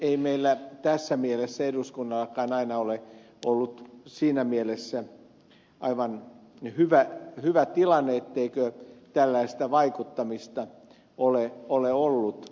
ei meillä eduskunnallakaan aina ole ollut siinä mielessä aivan hyvä tilanne ettei tällaista vaikuttamista ole ollut